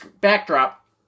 backdrop